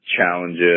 challenges